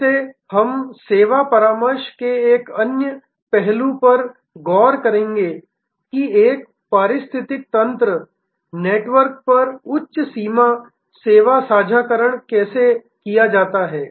इससे हम सेवा परामर्श के एक अन्य पहलू पर भी गौर करेंगे कि एक पारिस्थितिकी तंत्र नेटवर्क पर उच्च सीमा सेवा साझाकरण कैसे किया जाता है